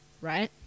right